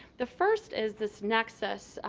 the first is this nexus